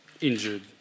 injured